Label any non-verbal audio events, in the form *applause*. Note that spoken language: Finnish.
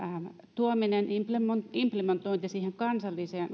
tuomisessa implementoinnissa siihen kansalliseen *unintelligible*